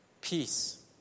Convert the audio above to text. peace